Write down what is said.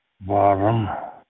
Bottom